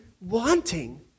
wanting